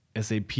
SAP